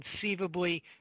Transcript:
conceivably